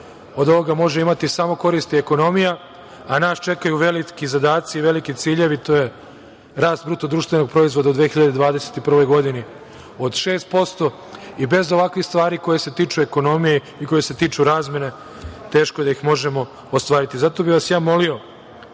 od ovoga može imati samo korist ekonomija, a nas čekaju veliki zadaci i veliki ciljevi. To je rast BDP u 2021. godini od 6% i bez ovakvih stvari koje se tiču ekonomije i koje se tiču razmene teško da ih možemo ostvariti. Zato bih vas molio